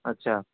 اچھا